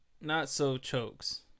not-so-chokes